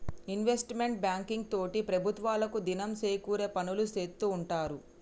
investment banking తోటి ప్రభుత్వాలకు దినం సేకూరే పనులు సేత్తూ ఉంటారు